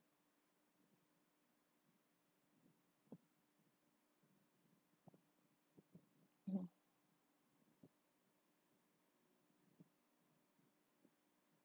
(uh huh)